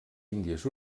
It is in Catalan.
índies